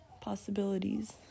possibilities